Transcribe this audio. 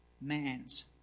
Man's